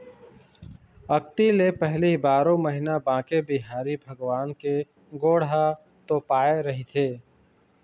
अक्ती ले पहिली बारो महिना बांके बिहारी भगवान के गोड़ ह तोपाए रहिथे